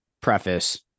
preface